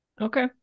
Okay